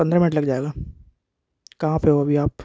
पंद्रह मिनट लग जाएगा कहाँ पे हो अभी आप